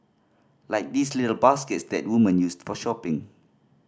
like these little baskets that woman used for shopping